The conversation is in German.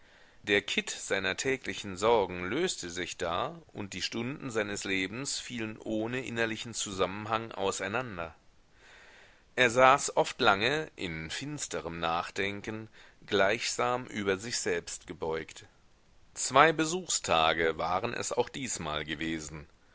der kitt seiner täglichen sorgen löste sich da und die stunden seines lebens fielen ohne innerlichen zusammenhang auseinander er saß oft lange in finsterem nachdenken gleichsam über sich selbst gebeugt zwei besuchstage waren es auch diesmal gewesen